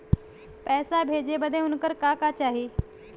पैसा भेजे बदे उनकर का का चाही?